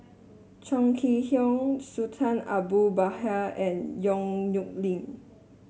Chong Kee Hiong Sultan Abu Bakar and Yong Nyuk Lin